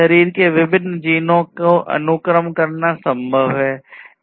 शरीर में विभिन्न जीनों को अनुक्रम करना संभव है